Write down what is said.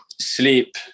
sleep